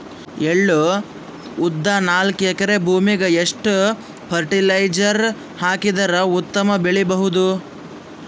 ಎಳ್ಳು, ಉದ್ದ ನಾಲ್ಕಎಕರೆ ಭೂಮಿಗ ಎಷ್ಟ ಫರಟಿಲೈಜರ ಹಾಕಿದರ ಉತ್ತಮ ಬೆಳಿ ಬಹುದು?